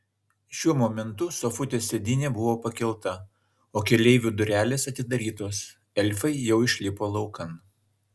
šiuo momentu sofutės sėdynė buvo pakelta o keleivių durelės atidarytos elfai jau išlipo laukan